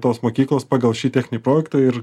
tos mokyklos pagal šį techninį projektą ir